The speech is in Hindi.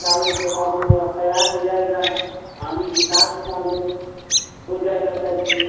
डालने के बाद में वह तैयार हो जाएगा पानी हिसाब से डाल दो हो जाएगा सब्जी